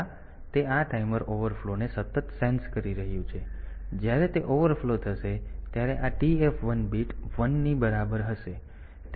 તેથી તે આ ટાઈમર ઓવરફ્લોને સતત સેન્સ કરી રહ્યું છે અને જ્યારે તે ઓવરફ્લો થશે ત્યારે આ TF1 બીટ 1 ની બરાબર હશે